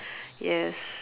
yes